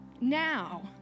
now